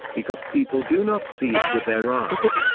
because people do not see it with their eyes,